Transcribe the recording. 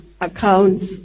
accounts